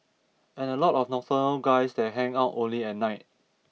and a lot of nocturnal guys that hang out only at night